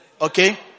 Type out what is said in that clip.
Okay